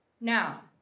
Now